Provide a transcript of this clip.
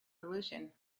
solution